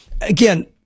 again